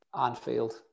Anfield